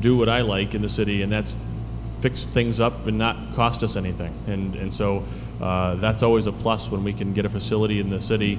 do what i like in the city and that's fixed things up and not cost us anything and so that's always a plus when we can get a facility in the city